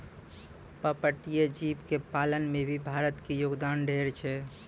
पर्पटीय जीव के पालन में भी भारत के योगदान ढेर छै